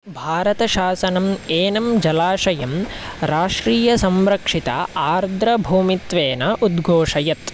भारतशासनम् एनं जलाशयं राष्ट्रियसंरक्षित आर्द्रभूमित्वेन उदघोषयत्